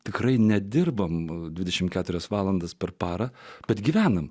tikrai nedirbame dvidešimt keturias valandas per parą bet gyvename